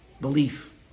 belief